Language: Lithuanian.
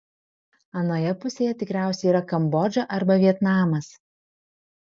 anoje pusėje tikriausiai yra kambodža arba vietnamas